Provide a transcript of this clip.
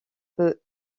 peut